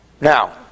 Now